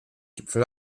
gipfel